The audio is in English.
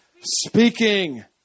speaking